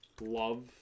love